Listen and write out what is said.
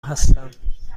هستم